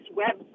web